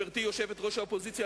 גברתי יושבת-ראש האופוזיציה,